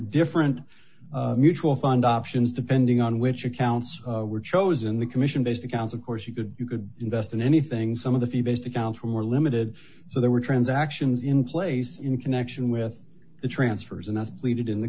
different mutual fund options depending on which accounts were chosen the commission based accounts of course you could you could invest in anything some of the few basic out we were limited so there were transactions in place in connection with the transfers and us pleaded in the